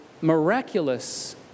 miraculous